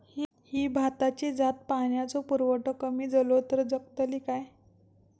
ही भाताची जात पाण्याचो पुरवठो कमी जलो तर जगतली काय?